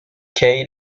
kay